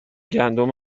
گندم